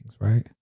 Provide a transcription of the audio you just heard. Right